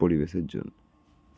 পরিবেশের জন্য